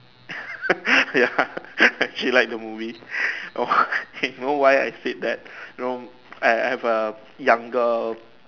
ya she like the movie you know why I said that you know I have a younger